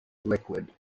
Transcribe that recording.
liquid